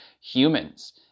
humans